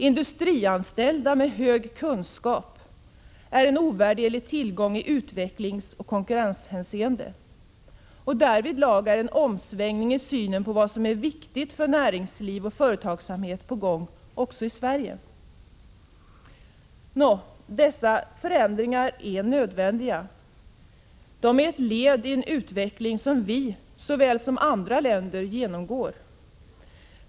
Industrianställda med hög kunskap är en ovärderlig tillgång i utvecklingsoch konkurrenshänseende. Därvidlag är en omsvängning i synen på vad som är viktigt för näringsliv och företagsamhet på gång också i Sverige. Dessa förändringar är nödvändiga. De är ett led i en utveckling som vårt land såväl som andra länder genomgår.